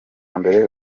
mbere